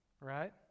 right